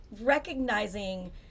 recognizing